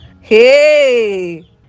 hey